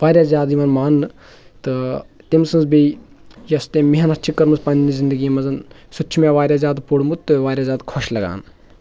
وارِیاہ زیادٕ اِوٕن ماننہِ تہٕ تٔمۍ سٕنٛز بیٚیہِ یۅس تٔمۍ محنت چھِ کٔرمٕژ پَنٕنہِ زِنٛدگی منٛز سُہ تہِ چھُ مےٚ وارِیاہ زیادٕ پوٚرمُت تہٕ وارِیاہ زیادٕ خۄش لَگان